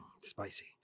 Spicy